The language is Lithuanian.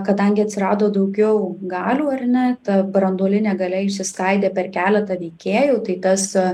kadangi atsirado daugiau galių ar ne ta branduolinė galia išsiskaidė per keletą veikėjų tai tas